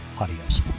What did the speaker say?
Adios